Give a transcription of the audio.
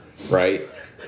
Right